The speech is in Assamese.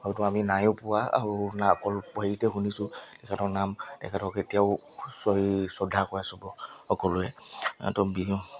হয়তো আমি নায়ো পোৱা আৰু নাই অকল হেৰিতে শুনিছোঁ তেখেতৰ নাম তেখেতক এতিয়াও শ্ৰদ্ধা কৰে চবেই সকলোৱে তো